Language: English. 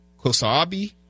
Kosabi